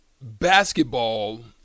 basketball